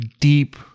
Deep